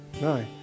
No